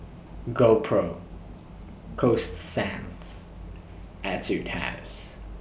GoPro Coasta Sands Etude House